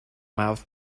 mouth